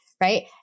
right